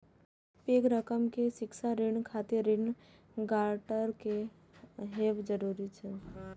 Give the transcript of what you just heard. पैघ रकम के शिक्षा ऋण खातिर ऋण गारंटर के हैब जरूरी छै